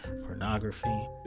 pornography